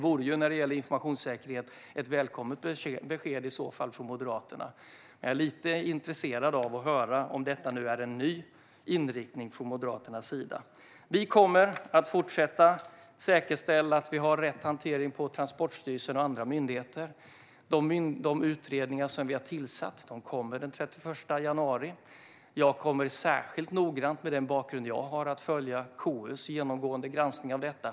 När det gäller informationssäkerhet vore det i så fall ett välkommet besked från Moderaterna. Jag är lite intresserad av att höra om detta är en ny inriktning från Moderaternas sida. Vi kommer att fortsätta säkerställa att vi har rätt hantering på Transportstyrelsen och andra myndigheter. De utredningar vi har tillsatt kommer den 31 januari, och med den bakgrund jag har kommer jag att särskilt noggrant följa KU:s genomgående granskning av detta.